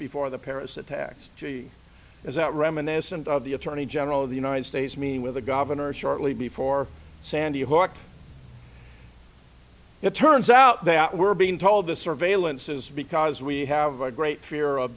before the paris attacks as that reminiscent of the attorney general of the united states mean with the governor shortly before sandy hook it turns out that we're being told the surveillance is because we have a great fear of